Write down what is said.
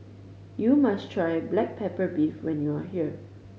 you must try black pepper beef when you are here